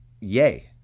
Yay